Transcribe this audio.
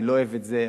אני לא אוהב את זה.